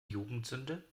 jugendsünde